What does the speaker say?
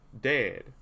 dead